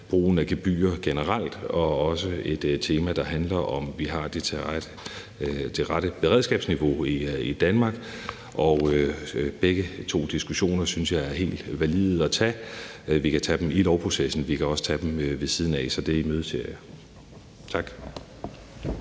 brugen af gebyrer generelt og også af et tema, der handler om, om vi har det rette beredskabsniveau i Danmark. Begge diskussioner synes jeg er helt valide at tage. Vi kan tage dem i lovprocessen, eller vi kan tage dem ved siden af, så det imødeser jeg. Tak.